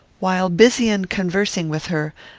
while busy in conversing with her,